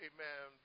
Amen